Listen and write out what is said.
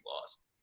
lost